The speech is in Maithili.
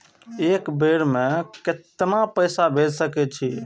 एक बेर में केतना पैसा भेज सके छी?